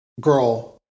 Girl